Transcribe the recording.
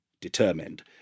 determined